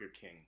king